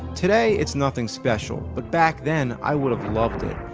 today it's nothing special, but back then i would have loved it.